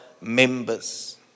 members